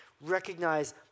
recognize